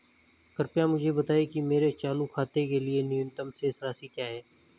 कृपया मुझे बताएं कि मेरे चालू खाते के लिए न्यूनतम शेष राशि क्या है